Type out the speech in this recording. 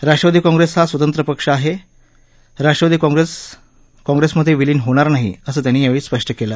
राष्ट्रवादी काँग्रेस हा स्वतंत्र पक्ष असून काँग्रेसमध्ये विलीन होणार नाही असंही त्यांनी स्पष्ट केलं